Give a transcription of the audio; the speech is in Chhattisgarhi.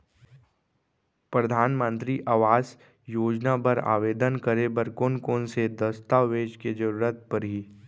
परधानमंतरी आवास योजना बर आवेदन करे बर कोन कोन से दस्तावेज के जरूरत परही?